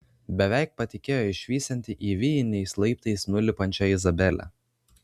beveik patikėjo išvysianti įvijiniais laiptais nulipančią izabelę